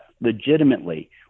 legitimately